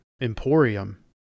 Emporium